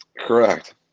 Correct